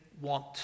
want